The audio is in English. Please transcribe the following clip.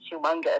humongous